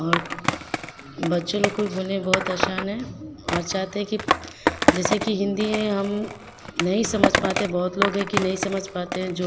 और बच्चे लोग को बोलने में बहुत आसान है और चाहते हैं कि जैसे कि हिन्दी में हम नहीं समझ पाते बहुत लोग है कि नहीं समझ पाते हैं जो